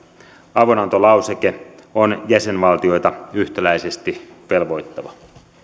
avunantolauseke on jäsenvaltioita yhtäläisesti velvoittava